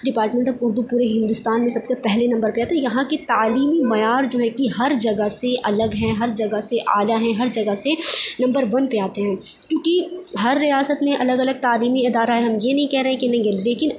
department of Urdu پورے ہندوستان میں سب سے پہلے نمبر پہ ہے تو یہاں کی تعلیمی معیار جو ہے کہ ہر جگہ سے الگ ہیں ہر جگہ اعلیٰ ہیں ہر جگہ سے نمبر ون پہ آتے ہیں کیونکہ ہر ریاست میں الگ الگ تعلیمی ادارہ ہے ہم یہ نہیں کہہ رہے ہیں کہ نہیں ہے لیکن